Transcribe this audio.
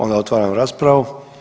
Onda otvaram raspravu.